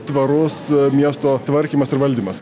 tvarus miesto tvarkymas ir valdymas